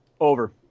Over